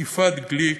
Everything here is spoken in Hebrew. יפעת גליק,